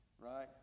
right